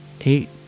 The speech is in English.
eight